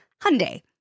Hyundai